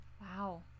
Wow